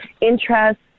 interest